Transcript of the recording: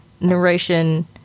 narration